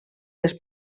les